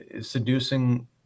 seducing